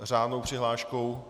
S řádnou přihláškou?